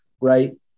right